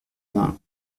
bains